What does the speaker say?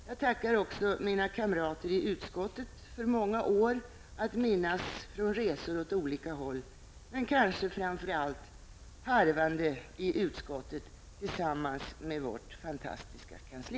Jag tackar också mina kamrater i utskottet för många år att minnas från resor åt olika håll -- men kanske framför allt för harvandet i utskottet tillsammans med vårt fantastiska kansli.